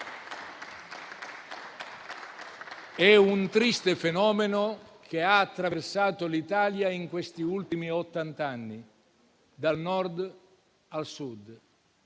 È un triste fenomeno, che ha attraversato l'Italia in questi ultimi ottant'anni, dal Nord al Sud,